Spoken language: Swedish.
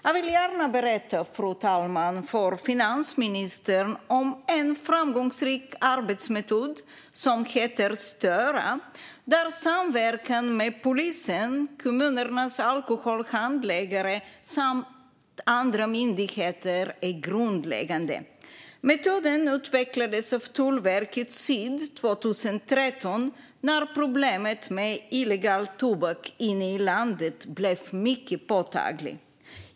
Jag vill gärna berätta, fru talman, för finansministern om en framgångsrik arbetsmetod som heter Störa, där samverkan med polisen, kommunernas alkoholhandläggare samt andra myndigheter är grundläggande. Metoden utvecklades av Tullverket Syd 2013 när problemet med illegal tobak i landet blev mycket påtagligt.